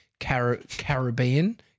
Caribbean